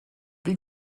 wie